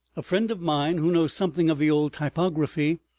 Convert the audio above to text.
a friend of mine, who knows something of the old typography,